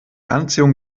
anziehung